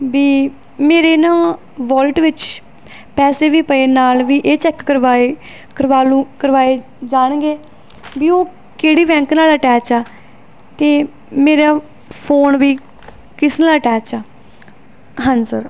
ਵੀ ਮੇਰੇ ਨਾ ਵੋਲਟ ਵਿੱਚ ਪੈਸੇ ਵੀ ਪਏ ਨਾਲ ਵੀ ਇਹ ਚੈੱਕ ਕਰਵਾਏ ਕਰਵਾ ਲੂੰ ਕਰਵਾਏ ਜਾਣਗੇ ਵੀ ਉਹ ਕਿਹੜੀ ਬੈਂਕ ਨਾਲ ਅਟੈਚ ਆ ਅਤੇ ਮੇਰਾ ਫੋਨ ਵੀ ਕਿਸ ਨਾਲ ਅਟੈਚ ਆ ਹਾਂਜੀ ਸਰ